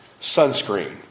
sunscreen